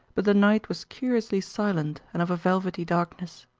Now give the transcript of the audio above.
but the night was curiously silent and of a velvety darkness.